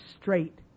straight